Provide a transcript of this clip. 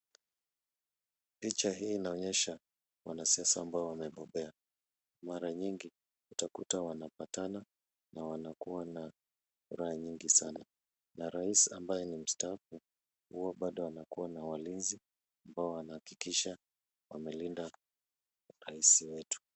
Picha hii inaonyesha wanasiasa ambao wamebobea. Mara nyingi utakuta wanapatana na wanakua na furaha nyingi sana na rais ambaye ni mstaafu, huwa bado anakuwa na walinzi ambao wanahakikisha wamelinda rais wetu.